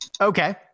Okay